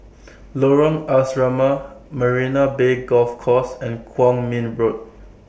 Lorong Asrama Marina Bay Golf Course and Kwong Min Road